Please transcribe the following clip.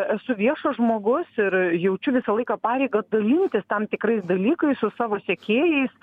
esu viešas žmogus ir jaučiu visą laiką pareigą dalintis tam tikrais dalykais su savo sekėjais